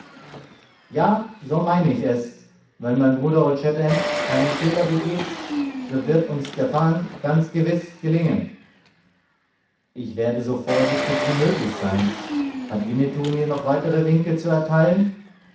ja so meine ich es wenn mein bruder old shatterhand keinen fehler begeht so wird uns der fang ganz gewiß gelingen ich werde so vorsichtig wie möglich sein hat winnetou mir noch weitere winke zu erteilen